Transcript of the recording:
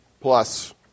Plus